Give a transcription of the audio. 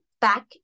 back